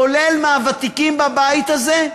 כולל מהוותיקים בבית הזה,